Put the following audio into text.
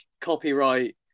copyright